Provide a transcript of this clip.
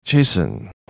Jason